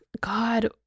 god